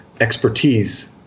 expertise